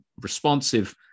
responsive